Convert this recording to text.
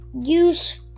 use